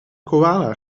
koala